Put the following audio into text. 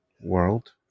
world